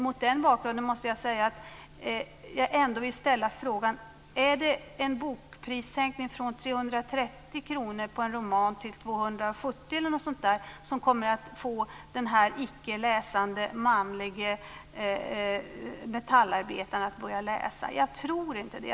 Mot den bakgrunden vill jag ställa frågan: Är det en bokprissänkning på en roman från 330 kr till 270 kr eller något sådant som kommer att få den icke läsande manlige metallarbetaren att börja läsa? Jag tror inte det.